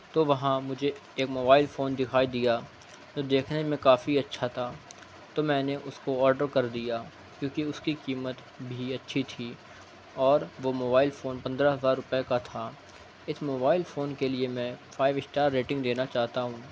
تو وہاں مجھے ایک موبائل فون دکھائی دیا جو دیکھنے میں کافی اچھا تھا تو میں نے اس کو آڈر کر دیا کیونکہ اس کی قیمت بھی اچھی تھی اور وہ موبائل فون پندرہ ہزار روپئے کا تھا اس موبائل فون کے لیے میں فائیو اسٹار ریٹنگ دینا چاہتا ہوں